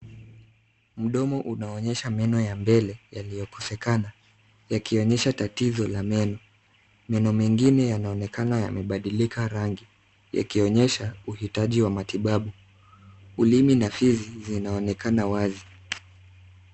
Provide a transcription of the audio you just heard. Mdomo unaonyesha meno ya mbele yaliyokosekana yakionyesha tatizo la meno. Meno mengine yanaonekana yamebadilika rangi, yakionyesha uhitaji wa matibabu. Ulimi na fizi zinaonekana wazi.